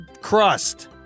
crust